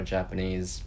Japanese